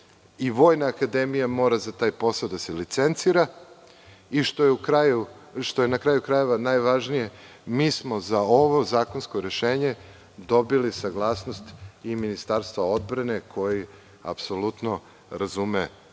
i Vojna akademija mora za taj posao da se licencira. Na kraju, ono što je i najvažnije, mi smo za ovo zakonsko rešenje dobili saglasnost i Ministarstva odbrane koje apsolutno razume